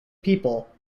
people